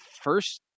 first